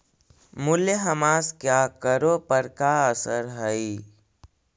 मूल्यह्रास का करों पर का असर हई